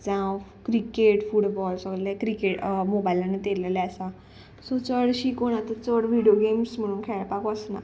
जावं cricket football सोगलें cricket मोबायलान येतलेलें आसा सो चडशी कोण आतां चड विडियो गेम्स म्हणून खेळपाक वचना